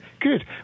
Good